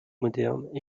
moderne